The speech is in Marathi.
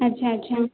अच्छा अच्छा